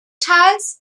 tals